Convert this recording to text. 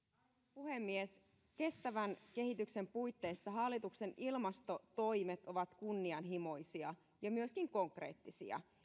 puhemies kestävän kehityksen puitteissa hallituksen ilmastotoimet ovat kunnianhimoisia ja myöskin konkreettisia